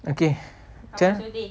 okay just